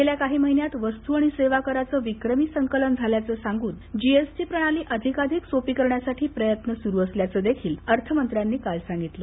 गेल्या काही महिन्यात वस्तू आणि सेवा कराचं विक्रमी संकलन झाल्याचं सांगून जीएसटी प्रणाली अधिकाधिक सोपी करण्यासाठी प्रयत्न सरू असल्याचं अर्थ मंत्र्यांनी सांगितलं